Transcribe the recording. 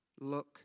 look